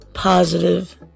positive